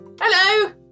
Hello